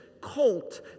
colt